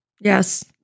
Yes